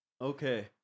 Okay